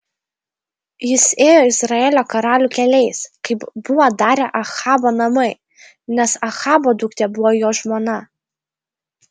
jis ėjo izraelio karalių keliais kaip buvo darę ahabo namai nes ahabo duktė buvo jo žmona